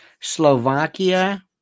Slovakia